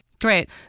great